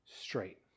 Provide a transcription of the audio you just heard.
straight